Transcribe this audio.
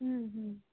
হুম হুম